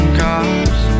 cars